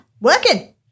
working